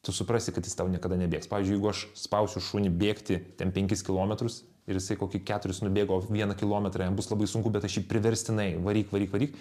tu suprasi kad jis tau niekada nebėgs pavyzdžiui jeigu aš spausiu šunį bėgti ten penkis kilometrus ir jisai kokį keturis nubėgo o vieną kilometrą jam bus labai sunku bet aš jį priverstinai varyk varyk varyk